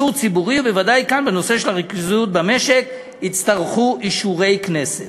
לאישור ציבורי בנושא של הריכוזיות במשק יצטרכו אישורי כנסת.